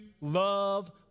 love